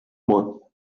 mois